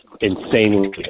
insanely